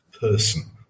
person